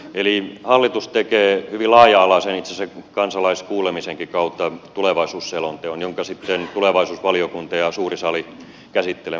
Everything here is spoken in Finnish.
eli hallitus tekee itse asiassa kansalaiskuulemisenkin kautta hyvin laaja alaisen tulevaisuusselonteon jonka sitten tulevaisuusvaliokunta ja suuri sali käsittelevät